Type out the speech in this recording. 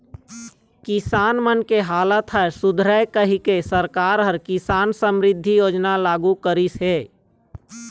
किसान मन के हालत ह सुधरय कहिके सरकार ह किसान समरिद्धि योजना लागू करिस हे